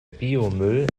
biomüll